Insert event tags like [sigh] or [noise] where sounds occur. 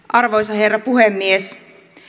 [unintelligible] arvoisa herra puhemies